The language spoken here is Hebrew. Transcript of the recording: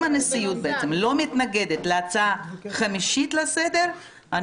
אם הנשיאות בעצם לא מתנגדת להצעה חמישית לסדר-היום,